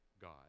God